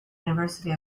university